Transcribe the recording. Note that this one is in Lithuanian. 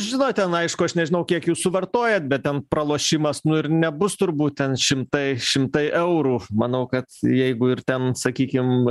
žinot ten aišku aš nežinau kiek jūs suvartojat bet ten pralošimas nu ir nebus turbūt ten šimtai šimtai eurų manau kad jeigu ir ten sakykim